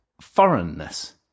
foreignness